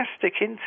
fantastic